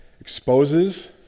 exposes